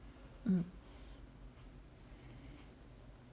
mm